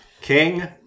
King